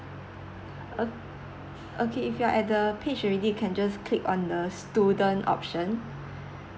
ok~ okay if you're at the page already you can just click on the student option